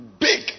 big